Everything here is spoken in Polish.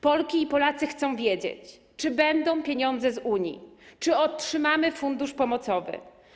Polki i Polacy chcą wiedzieć, czy będą pieniądze z Unii, czy otrzymamy fundusz pomocowy.